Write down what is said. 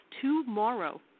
Tomorrow